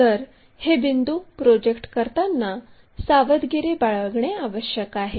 तर हे बिंदू प्रोजेक्ट करताना सावधगिरी बाळगणे आवश्यक आहे